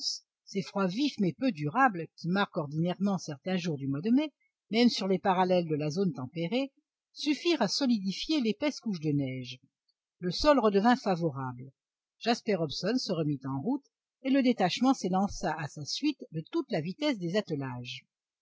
ces froids vifs mais peu durables qui marquent ordinairement certains jours du mois de mai même sur les parallèles de la zone tempérée suffirent à solidifier l'épaisse couche de neige le sol redevint favorable jasper hobson se remit en route et le détachement s'élança à sa suite de toute la vitesse des attelages